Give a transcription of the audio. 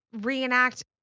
reenact